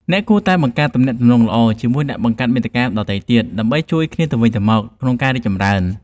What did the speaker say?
អ្នកគួរតែបង្កើតទំនាក់ទំនងល្អជាមួយអ្នកបង្កើតមាតិកាដទៃទៀត ដើម្បីជួយគ្នាទៅវិញទៅមកក្នុងការរីកចម្រើន។